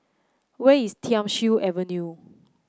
where is Thiam Siew Avenue